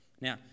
Now